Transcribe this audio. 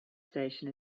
station